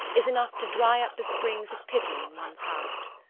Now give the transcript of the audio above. is enough to dry up the springs of pity in one's heart.